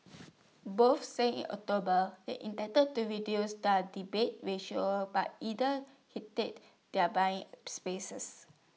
both said in October they intended to reduce their debate ratio but either hated their buying spaces